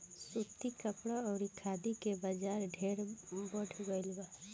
सूती कपड़ा अउरी खादी के बाजार ढेरे बढ़ गईल बा